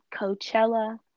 Coachella